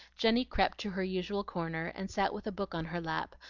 jenny crept to her usual corner and sat with a book on her lap,